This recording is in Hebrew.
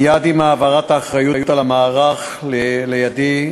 מייד עם העברת האחריות למערך לידי,